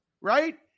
right